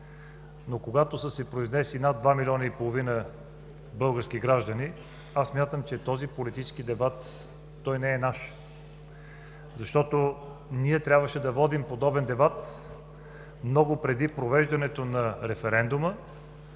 но когато са се произнесли над 2,5 млн. български граждани, аз смятам, че този политически дебат не е наш. Защото ние трябваше да водим подобен дебат много преди провеждането на референдума,